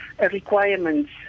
requirements